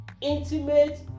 Intimate